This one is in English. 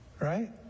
Right